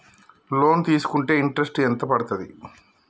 Loan తీస్కుంటే interest ఎంత పడ్తది?